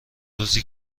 روزی